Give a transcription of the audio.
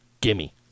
gimme